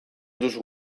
duzu